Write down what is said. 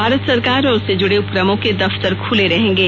भारत सरकार और उससे जुड़े उपक्रमों के दफ्तर खुले रहेंगे